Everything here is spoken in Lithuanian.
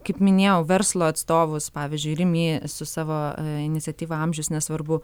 kaip minėjau verslo atstovus pavyzdžiui rimi su savo iniciatyva amžius nesvarbu